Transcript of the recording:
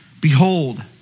behold